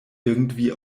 irgendwie